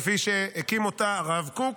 כפי שהקים אותו הרב קוק,